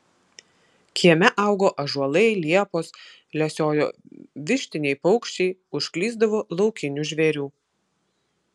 kieme augo ąžuolai liepos lesiojo vištiniai paukščiai užklysdavo laukinių žvėrių